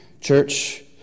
Church